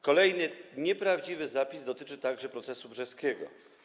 Kolejny nieprawdziwy zapis dotyczy także procesu brzeskiego.